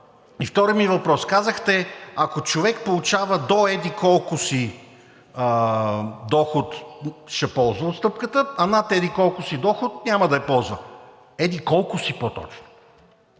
Вторият ми въпрос. Казахте, че ако човек получава до еди-колко си доход, ще ползва отстъпката, а над еди-колко си доход няма да я ползва. Еди-колко си по-точно?